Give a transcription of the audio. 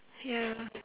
ya